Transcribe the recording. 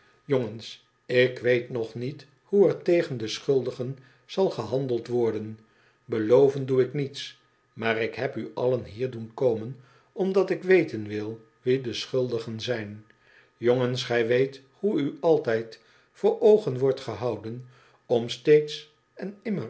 jongens ik weet nog niet hoe er tegen de schuldigen zal gehandeld worden beloven doe ik niets maar ik heb u allen hier doen komen omdat ik weten wil wie de schuldigen zijn jongens gij weet hoe u altijd voor oogen wordt gehouden om steeds en immer